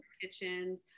kitchens